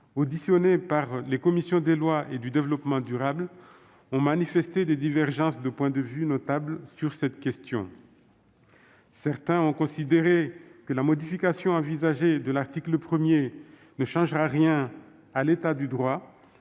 de l'aménagement du territoire et du développement durable ont manifesté des divergences de point de vue notables sur cette question. Certains ont considéré que la modification envisagée de l'article 1 ne changera rien à l'état actuel du droit,